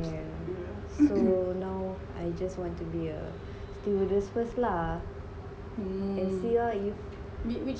yeah so now I just want to be a stewardess first lah I see lah if